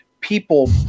people